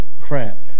crap